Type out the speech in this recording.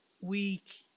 week